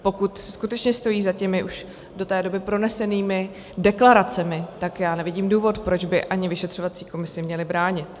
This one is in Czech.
Pokud skutečně stojí za těmi do té doby pronesenými deklaracemi, tak nevidím důvod, proč by měli vyšetřovací komisi bránit.